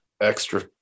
extra